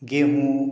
गेहूँ